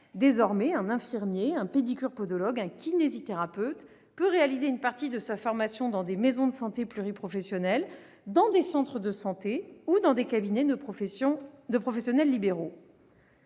Désormais, un infirmier, un pédicure-podologue ou un kinésithérapeute peut réaliser une partie de sa formation dans des maisons de santé pluriprofessionnelles, des centres de santé ou des cabinets de professionnels libéraux.